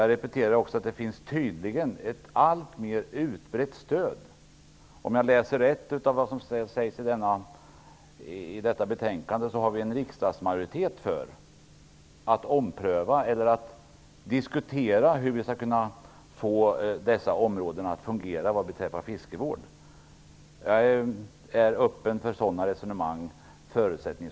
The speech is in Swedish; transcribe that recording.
Jag repeterar också att det tydligen finns ett alltmer utbrett stöd - om jag läser detta betänkande rätt har vi en riksdagsmajoritet - för att ompröva eller att diskutera när det gäller hur vi skall få fiskevården att fungera. Jag är förutsättningslöst öppen för sådana resonemang.